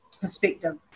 perspective